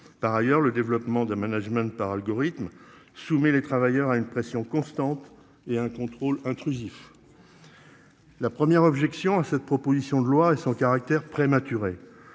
Par ailleurs, le développement de management par algorithme soumet les travailleurs à une pression constante et un contrôle intrusifs. La première objection à cette proposition de loi et son caractère prématuré